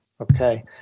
Okay